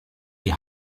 die